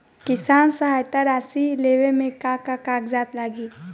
किसान सहायता राशि लेवे में का का कागजात लागी?